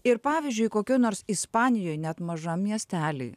ir pavyzdžiui kokioj nors ispanijoj net mažam miestely